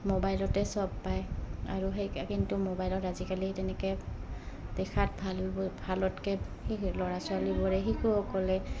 মোবাইলতে চব পায় আৰু সেই কিন্তু মোবাইলত আজিকালি তেনেকৈ দেখাত ভাল ভালতকৈ ল'ৰা ছোৱালীবোৰে শিশুসকলে